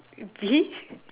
bee